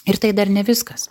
ir tai dar ne viskas